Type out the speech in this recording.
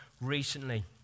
recently